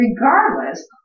regardless